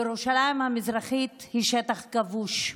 ירושלים המזרחית היא שטח כבוש,